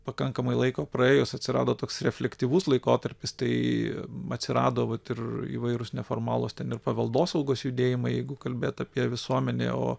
pakankamai laiko praėjus atsirado toks refleksyvus laikotarpis tai atsirado vat ir įvairūs neformalūs ten ir paveldosaugos judėjimai jeigu kalbėt apie visuomenę o